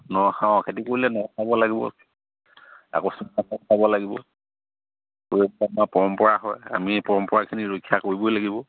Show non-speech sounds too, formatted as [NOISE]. ন খাওঁ খেতি কৰিলে ন খাব লাগিব আকৌ [UNINTELLIGIBLE] খাব লাগিব [UNINTELLIGIBLE] আমাৰ পৰম্পৰা হয় আমি এই পৰম্পৰাখিনি ৰক্ষা কৰিবই লাগিব